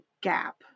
gap